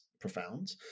profound